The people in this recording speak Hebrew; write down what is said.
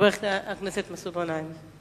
חבר הכנסת מסעוד גנאים.